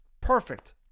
Perfect